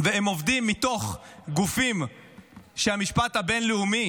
והם עובדים מתוך גופים שהמשפט הבין-לאומי